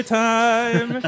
time